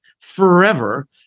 forever